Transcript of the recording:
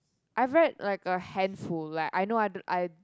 I've read like a handful like I know don't I